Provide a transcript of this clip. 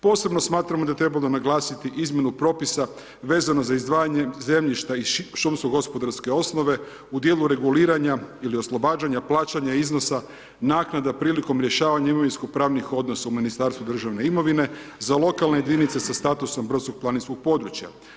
Posebno smatramo da je trebalo naglasiti izmjenu propisa vezano za izdvajanje zemljišta iz šumsko gospodarske osnove u dijelu reguliranja ili oslobađanja plaćanja iznosa naknada prilikom rješavanja imovinsko pravnih odnosa u Ministarstvu državne imovine, za lokalne jedinice sa statusom brdsko planinskog područja.